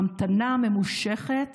ההמתנה הממושכת